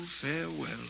Farewell